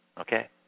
Okay